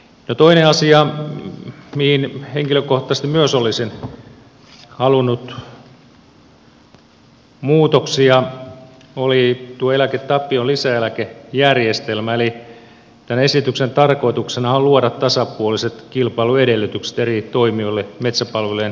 no toinen asia mihin henkilökohtaisesti myös olisin halunnut muutoksia oli tuo eläke tapion lisäeläkejärjestelmä eli tämän esityksen tarkoituksenahan on luoda tasapuoliset kilpailuedellytykset eri toimijoille metsäpalvelujen tarjonnassa